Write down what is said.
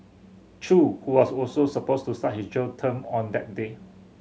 chew who was also supposed to start his jail term on that day